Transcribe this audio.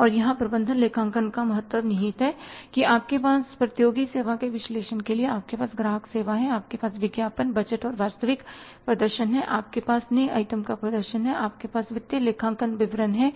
और यहां प्रबंधन लेखांकन का महत्व निहित है कि आपके पास प्रतियोगी सेवा के विश्लेषण के लिए आपके पास ग्राहक सेवा है आपके पास विज्ञापन बजट और वास्तविक प्रदर्शन है आपके पास नए आइटम का प्रदर्शन है आपके पास वित्तीय लेखांकन विवरण है